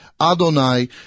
Adonai